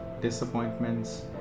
disappointments